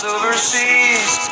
Overseas